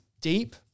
deep